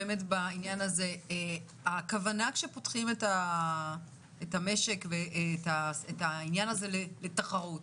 הכוונה כשפותחים את המשק, ואת העניין הזה לתחרות.